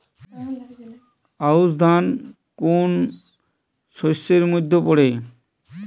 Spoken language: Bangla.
আউশ ধান কোন শস্যের মধ্যে পড়ে?